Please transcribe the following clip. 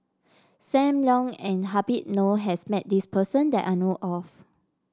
Sam Leong and Habib Noh has met this person that I know of